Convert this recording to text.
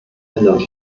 ändert